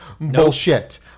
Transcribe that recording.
Bullshit